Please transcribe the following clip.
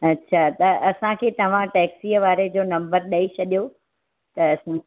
अच्छा त असांखे तव्हां टेक्सीअ वारे जो नंबर ॾई छॾियो त असीं